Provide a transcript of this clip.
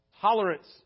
Tolerance